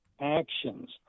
actions